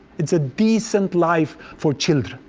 it's a decent life for children,